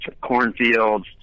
cornfields